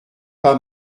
pas